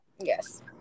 Yes